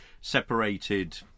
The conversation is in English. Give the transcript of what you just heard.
separated